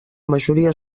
majoria